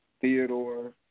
Theodore